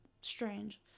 Strange